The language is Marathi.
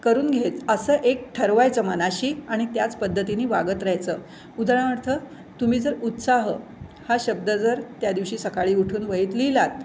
करून घ्यायचं असं एक ठरवायचं मनाशी आणि त्याच पद्धतीने वागत राहायचं उदाहरणार्थ तुम्ही जर उत्साह हा शब्द जर त्यादिवशी सकाळी उठून वहीत लिहिलात